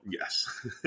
Yes